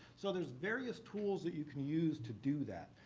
so there's various tools that you can use to do that.